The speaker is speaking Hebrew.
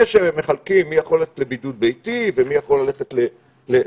שרואים מי יכול ללכת לבידוד ביתי ומי יכול ללכת למלון?